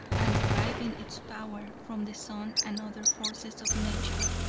and deriving its power from the sun and other forces of nature,